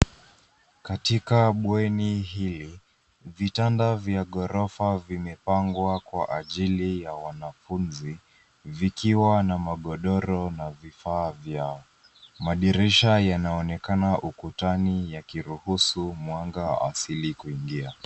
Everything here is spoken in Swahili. Katika bweni hili, vitanda vya gorofa vimepangwa kwa ajili ya wanafunzi zikiwa na godoro vifaa vyao. Madirisha yanaonekana ukutani yakiruhusu mwanga wa asili kuingia.